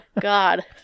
God